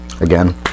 again